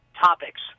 topics